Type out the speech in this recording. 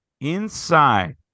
inside